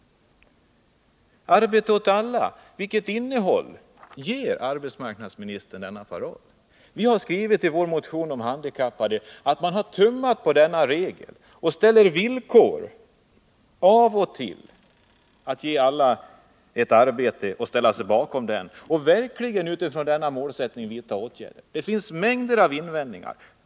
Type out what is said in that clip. Vilket innehåll ger arbetsmarknadsministern parollen arbete åt alla? Vi har i vår motion om handikappade skrivit att det har tummats på denna paroll — det ställs av och till villkor för att ge alla ett arbete. Vilka vill ställa sig bakom parollen och utifrån denna målsättning verkligen vidta åtgärder? Det finns mängder av invändningar.